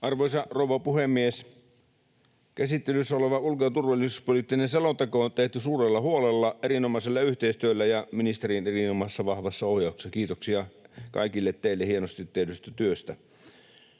Arvoisa rouva puhemies! Käsittelyssä oleva ulko- ja turvallisuuspoliittinen selonteko on tehty suurella huolella, erinomaisella yhteistyöllä ja ministerin erinomaisessa, vahvassa ohjauksessa. Kiitoksia kaikille teille hienosti tehdystä työstä.